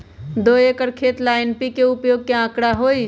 दो एकर खेत ला एन.पी.के उपयोग के का आंकड़ा होई?